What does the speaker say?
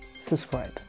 Subscribe